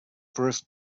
first